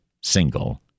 single